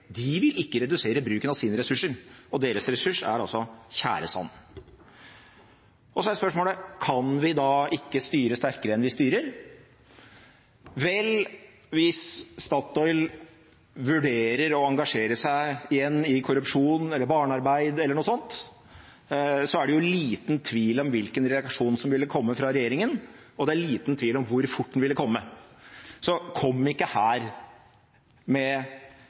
de ikke vil redusere bruken av sine ressurser – og deres ressurs er altså tjæresand. Så er spørsmålet: Kan vi da ikke styre sterkere enn vi styrer? Vel, hvis Statoil vurderer å engasjere seg igjen i korrupsjon, i barnearbeid e.l., er det liten tvil om hvilken reaksjon som ville komme fra regjeringen, og det er liten tvil om hvor fort den ville komme. Så kom ikke her med